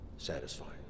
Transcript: Satisfying